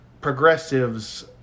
progressives